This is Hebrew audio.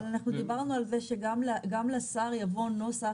אבל דיברנו על זה שגם לשר יבוא נוסח